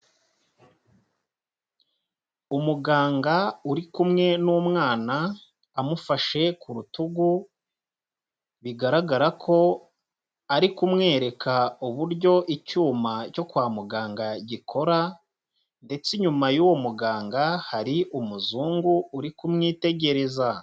Umuganga uri kumwe n'umwana amufashe ku rutugu, bigaragara ko ari kumwereka uburyo icyuma cyo kwa muganga gikora ndetse inyuma y'uwo muganga, hari umuzungu uri kumwitegereza.